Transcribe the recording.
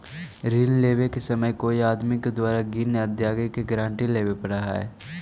ऋण लेवे समय कोई आदमी के द्वारा ग्रीन अदायगी के गारंटी लेवे पड़ऽ हई